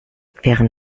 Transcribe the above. während